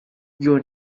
your